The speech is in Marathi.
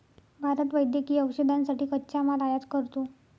भारत वैद्यकीय औषधांसाठी कच्चा माल आयात करतो